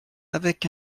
avec